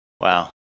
Wow